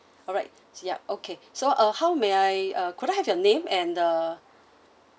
alright ya okay so uh how may I uh could I have your name and the